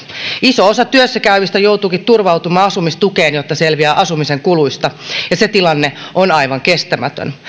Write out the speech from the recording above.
iso osa työssä käyvistä joutuukin turvautumaan asumistukeen jotta selviää asumisen kuluista ja se tilanne on aivan kestämätön